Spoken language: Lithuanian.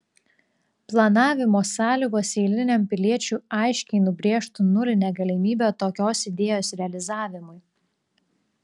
planavimo sąlygos eiliniam piliečiui aiškiai nubrėžtų nulinę galimybę tokios idėjos realizavimui